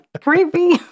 creepy